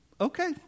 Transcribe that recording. okay